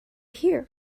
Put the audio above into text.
here